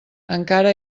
encara